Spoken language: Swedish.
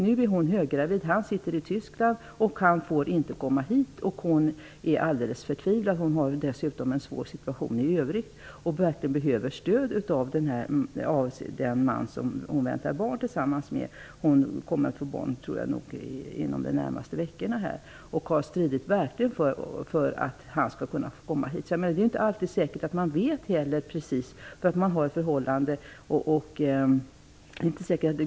Nu är hon höggravid medan han är i Tyskland. Han får inte komma hit, och hon är alldeles förtvivlad. Hon har dessutom en svår situation i övrigt och behöver verkligen stöd av denne man som hon väntar barn tillsammans med -- hon kommer att föda inom de närmaste veckorna. Hon har verkligen stridit för att han skall kunna få komma hit. Om man har ett förhållande är det inte alltid säkert att man vet att man väntar barn.